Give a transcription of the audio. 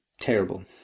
terrible